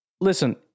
Listen